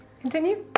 Continue